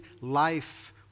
life